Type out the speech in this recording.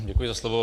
Děkuji za slovo.